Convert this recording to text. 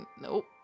nope